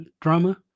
drama